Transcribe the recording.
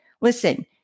Listen